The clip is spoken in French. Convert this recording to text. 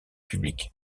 publics